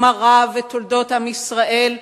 גמרא ותולדות עם ישראל,